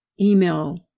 email